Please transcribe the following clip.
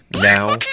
now